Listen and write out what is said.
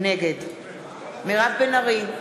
נגד מירב בן ארי,